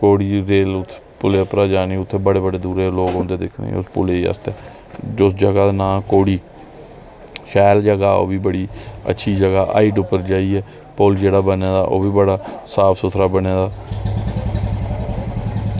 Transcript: कोड़ी जेल्लै उत्थै पुला उप्परा जाने च बड़े बड़े दूरा लोक आंदे उसी दिक्खने आस्तै ते उस जगह दा नांऽ कोड़ी शैल जगह ओह्बी बड़ी अच्छी जगह हाईट पर जाइयै पुल जेह्ड़ा बने दा ओह्बी बड़ा साफ सुथरा बने दा